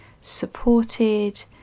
supported